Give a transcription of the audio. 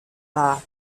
war